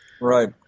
Right